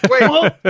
Wait